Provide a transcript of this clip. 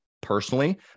personally